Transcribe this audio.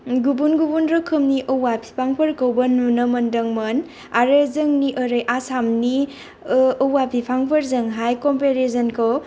गुबुन गुबुन रोखोमनि औवा फिफांफोरखौबो नुनो मोन्दोंमोन आरो जोंनि ओरै आसामनि औवा बिफांफोरजोंहाय कम्पेरिजनखौ